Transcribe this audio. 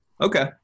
Okay